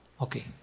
Okay